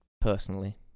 personally